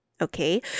Okay